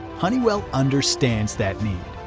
honeywell understands that need.